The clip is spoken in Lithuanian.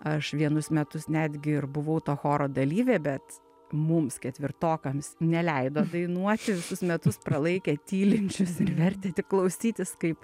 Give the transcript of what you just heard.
aš vienus metus netgi ir buvau to choro dalyvė bet mums ketvirtokams neleido dainuoti visus metus pralaikė tylinčius ir vertė tik klausytis kaip